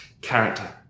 character